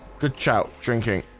good. ciao drinking